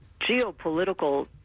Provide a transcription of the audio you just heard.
geopolitical